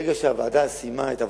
ברגע שהוועדה סיימה את עבודתה,